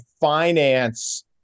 finance